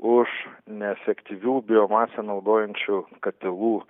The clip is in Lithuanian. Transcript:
už neefektyvių biomasę naudojančių katilų